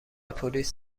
پلیس